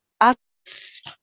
Acts